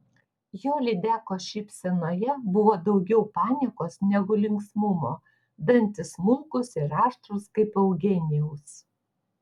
jo lydekos šypsenoje buvo daugiau paniekos negu linksmumo dantys smulkūs ir aštrūs kaip eugenijaus